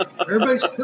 Everybody's